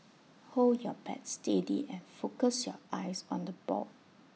hold your bat steady and focus your eyes on the ball